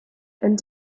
and